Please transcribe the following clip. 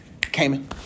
Cayman